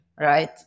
Right